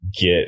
get